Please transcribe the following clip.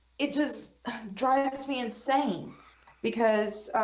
it just drives me insane because